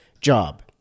job